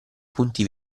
punti